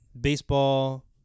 baseball